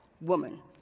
woman